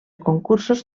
concursos